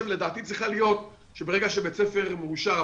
לדעתי צריכה להיות שברגע שבית ספר מאושר,